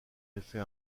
effet